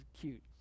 cute